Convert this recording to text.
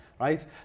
right